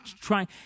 trying